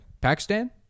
Pakistan